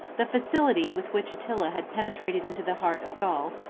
the facility with which attila had penetrated into the heart of gaul,